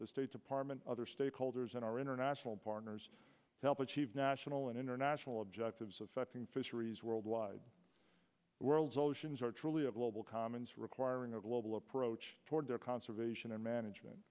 the state department other stakeholders in our international partners to help achieve national and international objectives affecting fisheries worldwide world's oceans are truly a global commons requiring a global approach toward their conservation and management